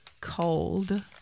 cold